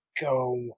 Go